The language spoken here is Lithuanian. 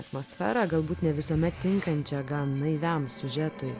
atmosferą galbūt ne visuomet tinkančią gan naiviam siužetui